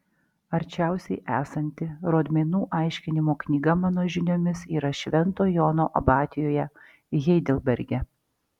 arčiausiai esanti rodmenų aiškinimo knyga mano žiniomis yra švento jono abatijoje heidelberge